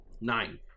Nine